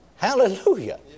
Hallelujah